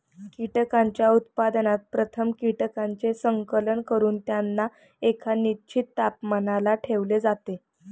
कीटकांच्या उत्पादनात प्रथम कीटकांचे संकलन करून त्यांना एका निश्चित तापमानाला ठेवले जाते